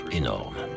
énorme